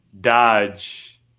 dodge